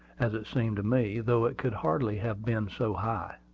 as it seemed to me, though it could hardly have been so high.